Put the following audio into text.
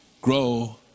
grow